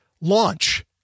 launch